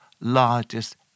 largest